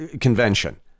convention